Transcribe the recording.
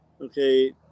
okay